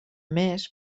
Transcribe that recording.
més